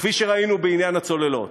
כפי שראינו בעניין הצוללות.